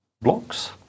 blocks